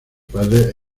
padre